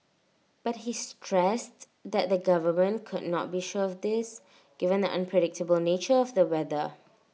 but he stressed that the government could not be sure of this given the unpredictable nature of the weather